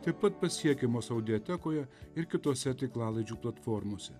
taip pat pasiekiamos audiotekoje ir kitose tinklalaidžių platformose